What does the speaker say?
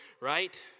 Right